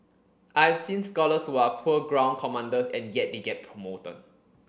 I've seen scholars who are poor ground commanders and yet they get promoted